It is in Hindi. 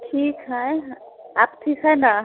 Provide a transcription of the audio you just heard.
ठीक है आप ठीक है न